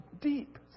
deep